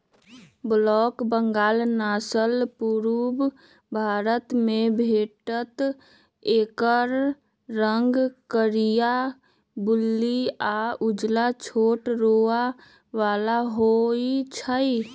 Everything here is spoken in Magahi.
ब्लैक बंगाल नसल पुरुब भारतमे भेटत एकर रंग करीया, भुल्ली आ उज्जर छोट रोआ बला होइ छइ